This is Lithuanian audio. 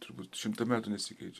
turbūt šimtą metų nesikeičia